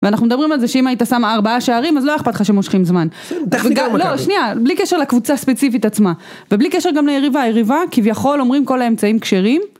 ואנחנו מדברים על זה שאם היית שם ארבעה שערים, אז לא היה אכפת לך שמושכים זמן. לא, שנייה, בלי קשר לקבוצה הספציפית עצמה. ובלי קשר גם ליריבה, היריבה כביכול אומרים כל האמצעים כשרים.